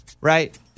right